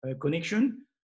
connection